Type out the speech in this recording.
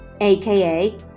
aka